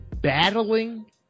battling